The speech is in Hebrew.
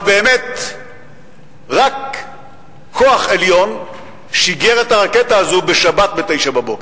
אבל באמת רק כוח עליון שיגר את הרקטה הזאת בשבת ב-09:00.